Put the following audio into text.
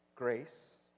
Grace